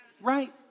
Right